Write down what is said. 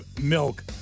milk